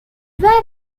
were